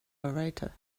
narrator